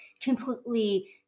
completely